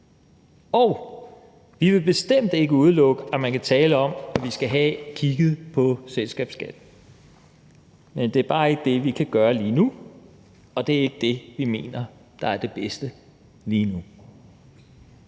Og vi vil bestemt ikke udelukke, at man kan tale om, at vi skal have kigget på selskabsskatten, men det er bare ikke det, vi kan gøre lige nu, og det er ikke det, vi mener er det bedste lige nu.